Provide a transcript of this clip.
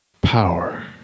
power